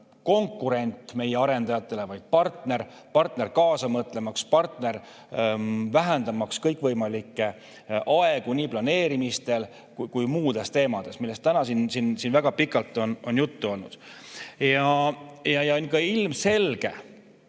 konkurent meie arendajatele, vaid partner: partner kaasa mõtlema, partner vähendama kõikvõimalikke aegu nii planeerimisel kui ka muudes tegevustes, millest täna on väga pikalt juttu olnud. On ilmselge,